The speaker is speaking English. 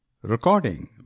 Recording